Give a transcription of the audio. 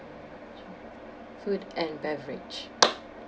food and beverage